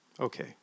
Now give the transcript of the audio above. Okay